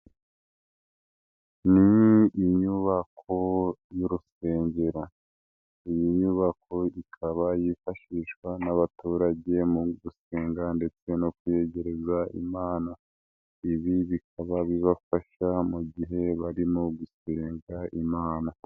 Ni inyubako y'urusengero. Iyi nyubako ikaba yifashishwa n'abaturage mu gusenga ndetse no kwiyegereza Imana. Ibi bikaba bibafasha mu gihe barimo gusenga Imana.